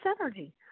energy